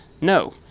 No